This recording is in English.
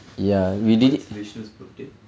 when's vishnu birthday